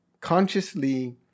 consciously